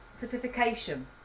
certification